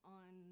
on